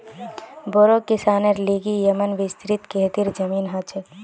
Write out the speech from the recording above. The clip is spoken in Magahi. बोड़ो किसानेर लिगि येमं विस्तृत खेतीर जमीन ह छे